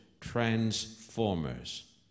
transformers